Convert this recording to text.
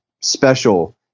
special